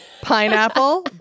pineapple